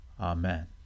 Amen